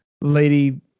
lady